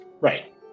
right